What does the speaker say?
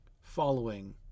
following